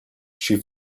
she